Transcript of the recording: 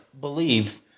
believe